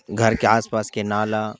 گھر کے آس پاس کے نالہ